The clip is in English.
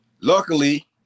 luckily